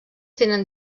tenen